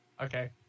Okay